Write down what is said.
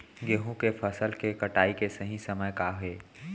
गेहूँ के फसल के कटाई के सही समय का हे?